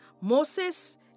Moses